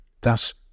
Thus